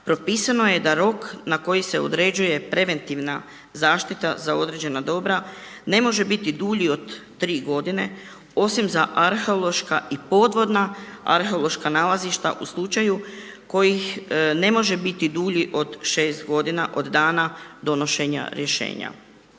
propisano je da rok na koji se određuje preventivna zaštita za određena dobra ne može biti dulji od tri godine osim za arheološka i podvodna arheološka nalažišta u slučaju kojih ne može biti dulji od 6 godina do dana donošenja rješenja